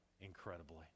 incredibly